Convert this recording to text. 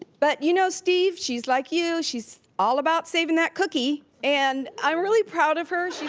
but, you know, steve, she's like you, she's all about savin' that cookie. and, i'm really proud of her,